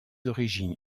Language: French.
origines